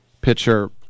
pitcher